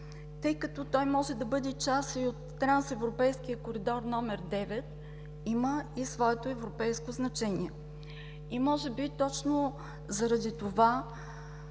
Тъй като той може да бъде част и от Трансевропейския коридор № 9, има и своето европейско значение. Може би точно заради това